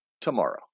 tomorrow